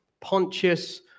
Pontius